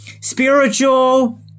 spiritual